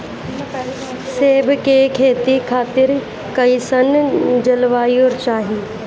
सेब के खेती खातिर कइसन जलवायु चाही?